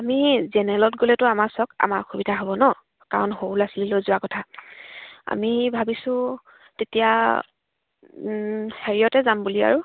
আমি জেনেৰেলত গ'লেতো আমাৰ চাওক আমাৰ অসুবিধা হ'ব ন কাৰণ সৰু ল'ৰা ছোৱালী লৈ যোৱা কথা আমি ভাবিছোঁ তেতিয়া হেৰিয়তে যাম বুলি আৰু